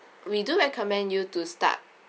we do recommend you to start